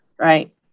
right